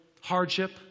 hardship